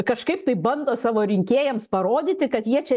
kažkaip tai bando savo rinkėjams parodyti kad jie čia